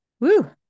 Woo